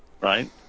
right